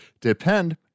depend